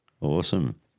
Awesome